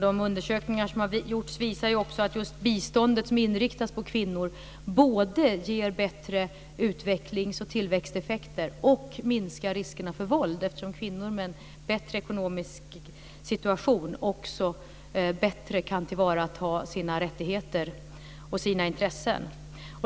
De undersökningar som har gjorts visar också att just biståndet som inriktas på kvinnor både ger bättre utvecklings och tillväxteffekter och minskar riskerna för våld, eftersom kvinnor med en bättre ekonomisk situation också bättre kan tillvarata sina rättigheter och sina intressen.